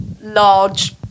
large